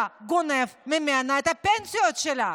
אתה גונב ממנה את הפנסיות שלה,